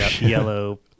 yellow